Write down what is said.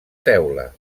teula